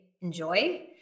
enjoy